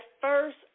first